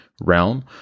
realm